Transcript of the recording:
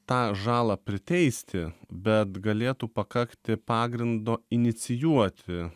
tą žalą priteisti bet galėtų pakakti pagrindo inicijuoti